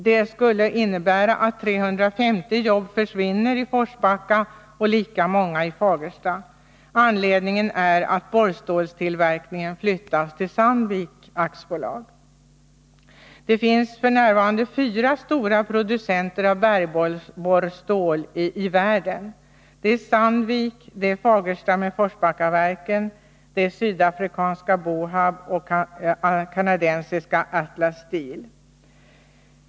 Det skulle innebära att 350 jobb försvinner i Forsbacka och lika många i Fagersta. Anledningen är att borrstålstillverkningen flyttas till Sandvik AB. Det finns f. n. i världen fyra stora producenter av bergborrstål: Sandvik, Fagersta med Forsbackaverken, sydafrikanska Bohab och kanadensiska Atlas Steel.